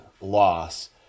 loss